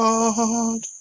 Lord